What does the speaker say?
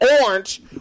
orange